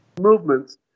movements